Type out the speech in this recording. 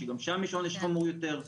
שגם שם יש עונש חמור יותר,